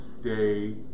stay